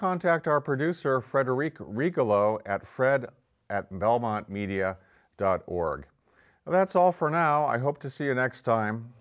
contact our producer frederick rica low at fred at belmont media dot org that's all for now i hope to see you next time